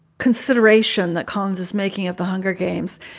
consideration that collins is making at the hunger games,